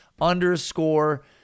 underscore